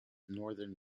northern